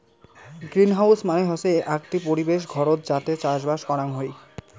greenhouse মানে হসে আকটি পরিবেশ ঘরত যাতে চাষবাস করাং হই